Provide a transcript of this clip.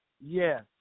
yes